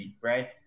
right